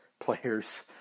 players